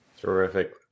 Terrific